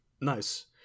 nice